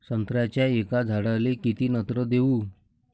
संत्र्याच्या एका झाडाले किती नत्र देऊ?